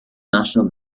national